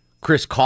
Chris